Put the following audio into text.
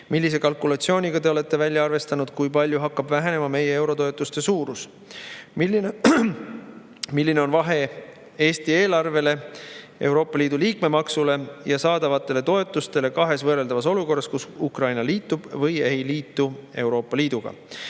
Millise kalkulatsiooniga te olete välja arvestanud, kui palju hakkab vähenema meie eurotoetuste suurus? Milline on vahe Eesti eelarvele, Euroopa Liidu liikmemaksule ja saadavatele toetustele kahes võrreldavas olukorras, kus Ukraina liitub või ei liitu Euroopa Liiduga?